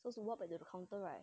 suppose to walk by the counter right